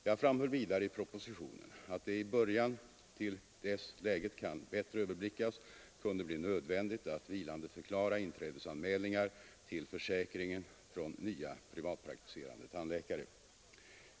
Jag framhöll vidare i propositionen att det i början till dess läget kan bättre överblickas kunde bli nödvändigt att vilandeförklara inträdesanmälningar till försäkringen från nya privatpraktiserande tandläkare.